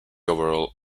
overall